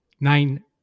nine